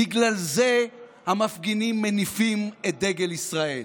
בגלל זה המפגינים מניפים את דגל ישראל,